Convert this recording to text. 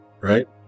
right